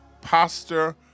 Pastor